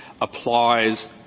applies